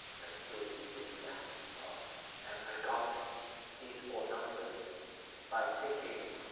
it would be it would be that. ah and i got these four numbers by taking,